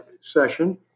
session